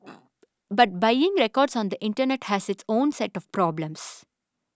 but buying records on the internet has its own set of problems